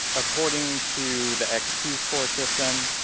according to the xkeyscore system,